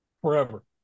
forever